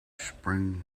springt